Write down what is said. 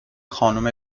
خانم